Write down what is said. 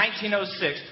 1906